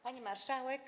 Pani Marszałek!